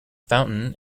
fountain